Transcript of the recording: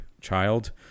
child